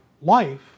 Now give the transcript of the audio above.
life